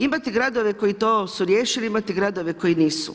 Imate gradove koji su to riješili, imate gradove koji nisu.